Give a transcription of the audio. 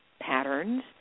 patterns